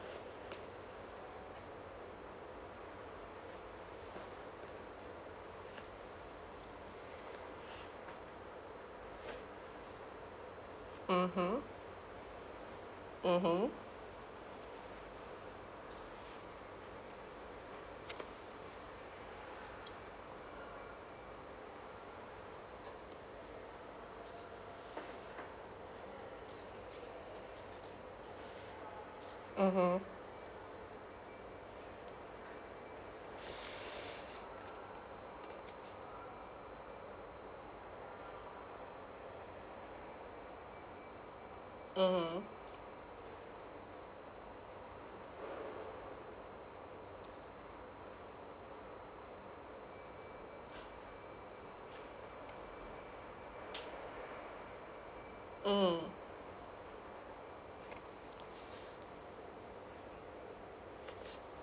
mmhmm mmhmm mmhmm mm mm